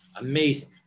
Amazing